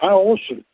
হ্যাঁ অবশ্যই